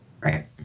Right